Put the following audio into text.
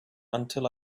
until